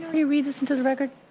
read this into the record?